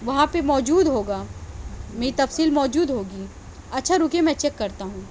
وہاں پہ موجود ہوگا میری تفصیل موجود ہوگی اچھا رکیے میں چیک کرتا ہوں